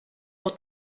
pour